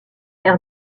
l’air